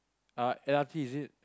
uh l_r_t is it